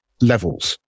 levels